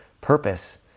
Purpose